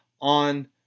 on